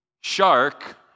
shark